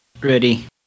ready